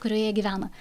kurioje gyvena